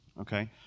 okay